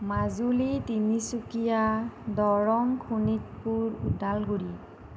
Majuli Tinsukia Darrang Sonitpur Udalguri